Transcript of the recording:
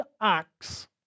acts